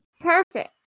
Perfect